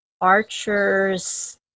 Archer's